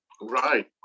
Right